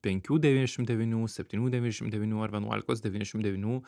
penkių devyniasdešimt devynių septynių devyniasdešimt devynių ar vienuolikos devyniasdešimt devynių